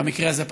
במקרה הזה,